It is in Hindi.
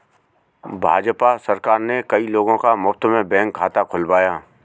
भाजपा सरकार ने कई लोगों का मुफ्त में बैंक खाता खुलवाया